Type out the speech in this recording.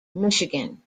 michigan